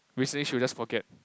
recently she will just forget